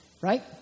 Right